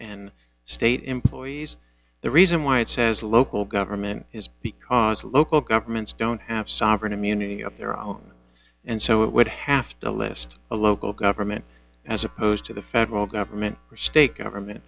and state employees the reason why it says local government is because local governments don't have sovereign immunity of their own and so it would have to list a local government as opposed to the federal government or state government